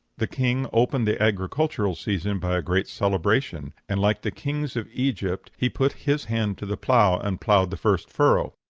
the king opened the agricultural season by a great celebration, and, like the kings of egypt, he put his hand to the plough, and ploughed the first furrow.